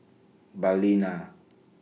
Balina